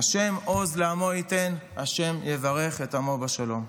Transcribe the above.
"ה' עז לעמו יתן, השם יברך את עמו בשלום".